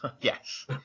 Yes